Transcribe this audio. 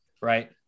right